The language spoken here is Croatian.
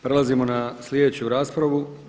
Prelazimo na sljedeću raspravu.